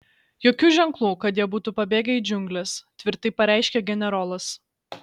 jokių ženklų kad jie būtų pabėgę į džiungles tvirtai pareiškė generolas